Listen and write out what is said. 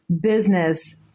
business